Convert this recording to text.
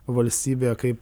valstybę kaip